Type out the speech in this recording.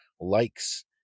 likes